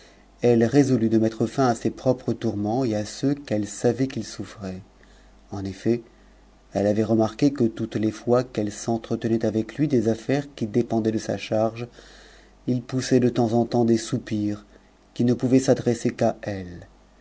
elle résolut de mettre fin à ses propres tourments et à ux qu'elle savait qu'il souffrait en effet elle avait remarqué que toutes tes fois qu'elle s'entretenait avec lui des affaires qui dépendaient sa charge il poussait de temps en temps des soupirs qui ne pouvaient s'adresser qu'à elle